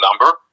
number